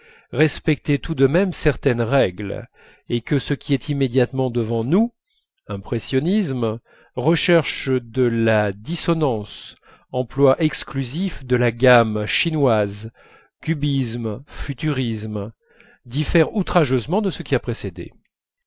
respectaient tout de même certaines règles et que ce qui est immédiatement devant nous impressionnisme recherche de la dissonance emploi exclusif de la gamme chinoise cubisme futurisme diffère outrageusement de ce qui a précédé